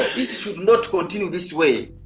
this should not continue this way.